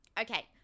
Okay